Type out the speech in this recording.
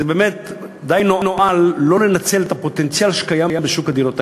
זה באמת די נואל לא לנצל את הפוטנציאל שקיים בשוק הדירות הקיים.